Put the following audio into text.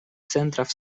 центров